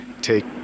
take